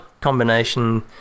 combination